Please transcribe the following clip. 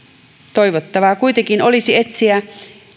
toivottavaa kuitenkin olisi etsiä